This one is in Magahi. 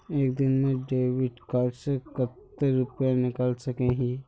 एक दिन में डेबिट कार्ड से कते रुपया निकल सके हिये?